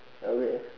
uh wait